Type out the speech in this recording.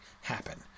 happen